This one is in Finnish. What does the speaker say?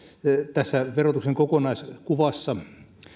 tässä verotuksen kokonaiskuvassa